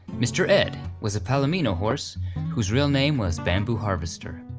mister ed was a palomino horse whose real name was bamboo harvester.